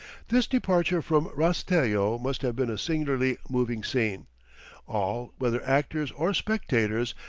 this departure from rastello must have been a singularly moving scene all, whether actors or spectators,